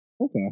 Okay